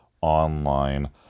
online